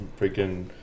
Freaking